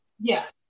Yes